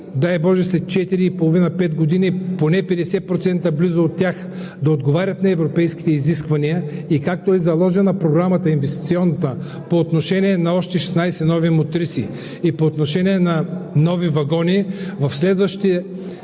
дай боже, след 4,5 – 5 години, близо поне 50% от тях да отговарят на европейските изисквания и както е заложена инвестиционната програма по отношение на още 16 нови мотриси и по отношение на нови вагони, в следващите